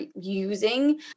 using